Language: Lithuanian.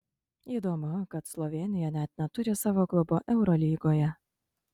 įdomu kad slovėnija net neturi savo klubo eurolygoje